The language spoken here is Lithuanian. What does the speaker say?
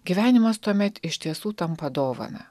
gyvenimas tuomet iš tiesų tampa dovana